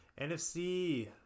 NFC